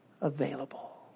available